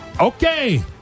Okay